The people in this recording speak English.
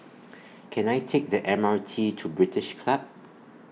Can I Take The M R T to British Club